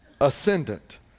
ascendant